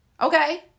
Okay